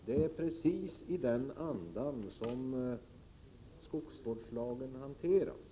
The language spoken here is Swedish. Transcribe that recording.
Det är precis i den andan som skogsvårdslagen hanteras.